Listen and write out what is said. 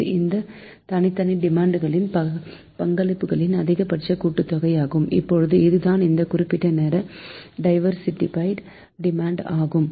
இது இந்த தனித்தனி டிமாண்ட்களின் பங்களிப்புகளின் அதிகபட்ச கூட்டுத்தொகை ஆகும் இப்போது இதுதான் அந்த குறிப்பிட்ட நேர டைவர்ஸிபைடு டிமாண்ட் ஆகும்